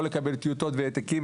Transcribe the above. לא לקבל טיוטות והעתקים,